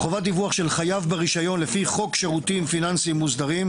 "חובת דיווח של חייב ברישיון לפי חוק שירותים פיננסיים מוסדרים".